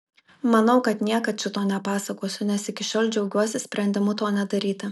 manau kad niekad šito nepasakosiu nes iki šiol džiaugiuosi sprendimu to nedaryti